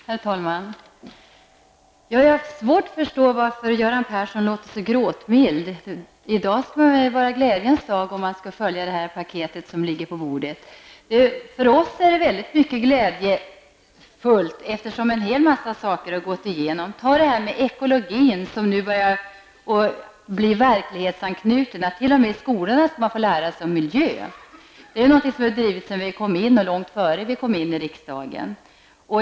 Herr talman! Jag har svårt att förstå varför Göran Persson låter så gråtmild. I dag borde väl vara en glädjens dag, om man skall följa det paket som ligger på bordet? För oss är det mycket glädjefullt, eftersom en hel del har gått igenom. Ta t.ex. ekologin -- nu har det blivit så verklighetsanknutet att man t.o.m. i skolorna skall få lära sig om miljön! Detta är ett krav som vi har drivit sedan långt innan vi kom in i riksdagen.